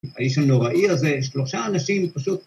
‫האיש הנוראי הזה, ‫שלושה אנשים פשוט...